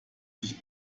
sich